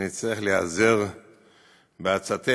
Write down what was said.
אני אצטרך להיעזר בעצתך,